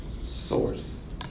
source